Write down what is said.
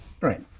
right